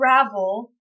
travel